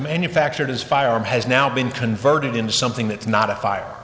manufactured his firearm has now been converted into something that's not a fire